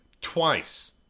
twice